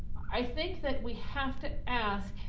i think that we have to ask,